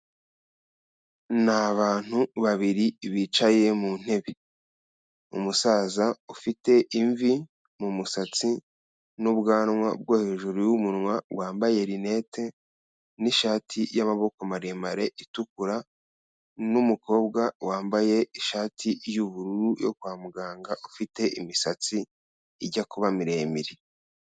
Ni abantu babiri bicaye mu ntebe, umusaza ufite imvi mu musatsi n'ubwanwa bwo hejuru y'umunwa wambaye rinete n'ishati y'amaboko maremare itukura n'umukobwa wambaye ishati y'ubururu yo kwa muganga ufite imisatsi ijya kuba miremire.